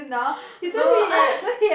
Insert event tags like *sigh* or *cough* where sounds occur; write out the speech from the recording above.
no *laughs*